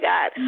God